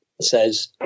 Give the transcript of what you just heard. says